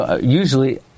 usually